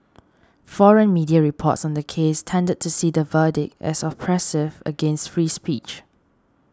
foreign media reports on the case tended to see the verdict as oppressive against free speech